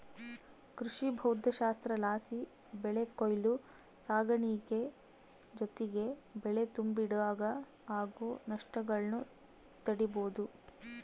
ಕೃಷಿಭೌದ್ದಶಾಸ್ತ್ರಲಾಸಿ ಬೆಳೆ ಕೊಯ್ಲು ಸಾಗಾಣಿಕೆ ಜೊತಿಗೆ ಬೆಳೆ ತುಂಬಿಡಾಗ ಆಗೋ ನಷ್ಟಗುಳ್ನ ತಡೀಬೋದು